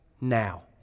now